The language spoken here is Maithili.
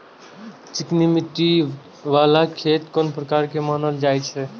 चिकनी मिट्टी बाला खेत कोन प्रकार के मानल जाय छै?